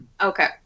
Okay